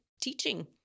teaching